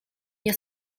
nie